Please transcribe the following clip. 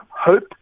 hope